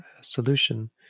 solution